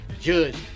Judge